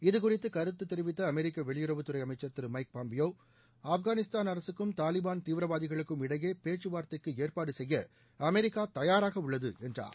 இது குறித்து கருத்து தெரிவித்த அமெரிக்க வெளியுறவுத்துறை அமைச்சர் திரு மைக் பாம்பியோ ஆப்கானிஸ்தான் அரசுக்கும் தாலிபான் தீவிரவாதிகளுக்கும் இடையே பேச்சுவார்த்தைக்கு ஏற்பாடு செய்ய அமெரிக்கா தயராக உள்ளது என்றார்